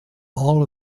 all